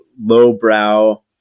lowbrow